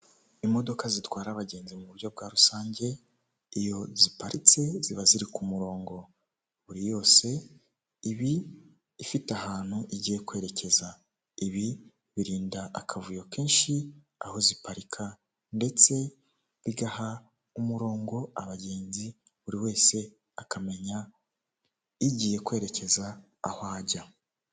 Ibicupa binini, amaji ndetse n'ibindi bicuruzwa bigezweho usanga bihenze cyane mu masoko acuruza ibiribwa mu mujyi wa Kigali abantu benshi babigana barinubira igiciro kiri hejuru.